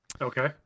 okay